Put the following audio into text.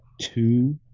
two –